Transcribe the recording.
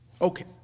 Okay